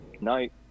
night